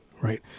right